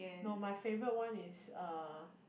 no my favourite one is uh